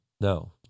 No